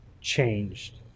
changed